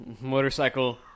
Motorcycle